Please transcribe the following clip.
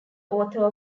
author